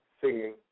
singing